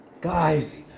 Guys